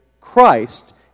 Christ